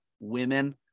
women